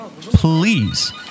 Please